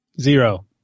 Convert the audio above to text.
Zero